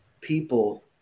people